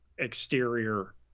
exterior